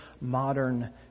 modern